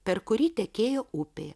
per kurį tekėjo upė